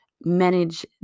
manage